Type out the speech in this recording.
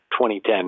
2010